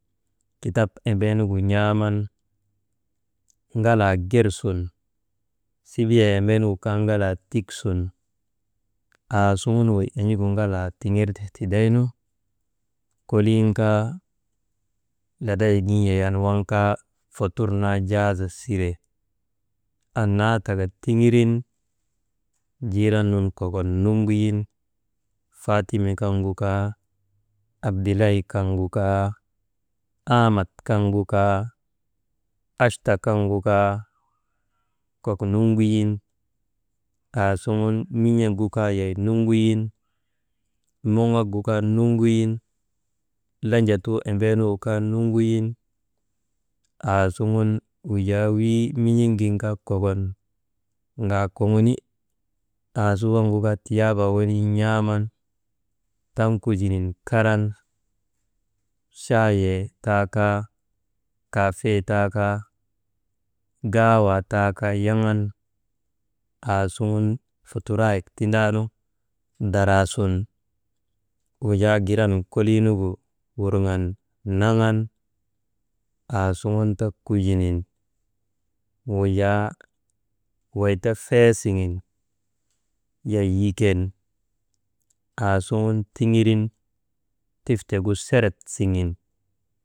Kitap embeenu n̰aaman, ŋalaa gersun, sibiyee embenugu kaa ŋalaa tik sun aasuŋun wey en̰igu ŋalaa tiŋertee tidaynu, kolliin kaa laday gin yayan fotor naa jaahaza sire annaa taka tiŋirin, jiiran nun kokon nuŋuyin faatime kaŋgu kaa, adilay kaŋgu kaa, aamat kaŋgu kaa, achta kaŋgu kaa, kok nuŋguyin, muŋguyin, aasuŋun min̰ek gu kaa yoy nuŋguyin, muŋak gu kaa nuŋuyin, landjatuu embeenugu kaa nuŋuyin, aasuŋun wii min̰iŋin kaa kokon gaakoŋoni aasu waŋgu kaa tiyaabaa weniinu n̰aaman taŋ kujinin karan, chaayee taa kaa, kaafe taa kaa, gaawaa taa kaa yaŋan aasuŋun futuaayek tindaanu daraasun, wujaa giran koliinugu wurŋan naŋan aasuŋun ta kujinin wujaa, wey ta feesiŋen yay yiken aasuŋun tiŋirin tiffgu seret siŋen.